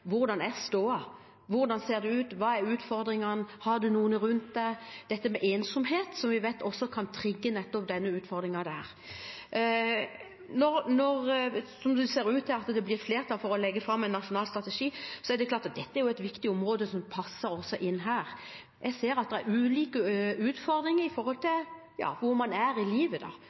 Hvordan er stoda? Hvordan ser det ut? Hva er utfordringene? Har du noen rundt deg? Ensomhet er noe som vi vet også kan trigge nettopp denne utfordringen. Nå som det ser ut til at det blir flertall for å legge fram en nasjonal strategi, er dette et viktig område som også passer inn her. Jeg ser at det er ulike utfordringer ut fra hvor man er i livet